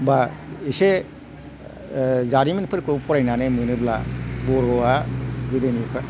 बा एसे जारिमिनफोरखौ फरायनानै मोनोबा बर'आ गोदोनिफ्राय